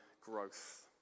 growth